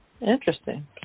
interesting